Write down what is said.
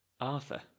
Arthur